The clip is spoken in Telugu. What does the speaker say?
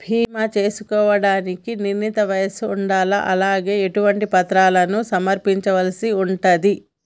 బీమా చేసుకోవడానికి నిర్ణీత వయస్సు ఉండాలా? అలాగే ఎటువంటి పత్రాలను సమర్పించాల్సి ఉంటది?